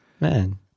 man